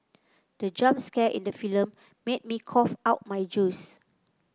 the jump scare in the film made me cough out my juice